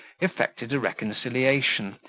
effected a reconciliation,